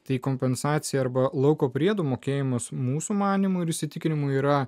tai kompensacija arba lauko priedų mokėjimas mūsų manymu ir įsitikinimu yra